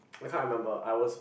I can't remember I was